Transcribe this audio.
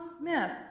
Smith